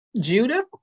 Judah